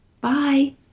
Bye